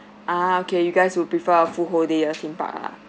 ah okay you guys would prefer a full whole day at the theme park ah